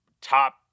top